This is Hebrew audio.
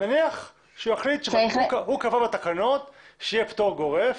נניח שהוא יחליט שהוא קבע בתקנות שיהיה פטור גורף,